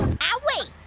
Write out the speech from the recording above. owwie.